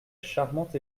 charmante